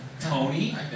Tony